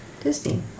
Disney